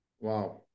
Wow